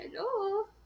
hello